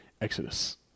Exodus